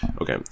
Okay